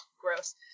gross